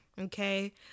okay